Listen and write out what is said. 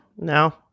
No